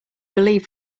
believe